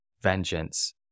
vengeance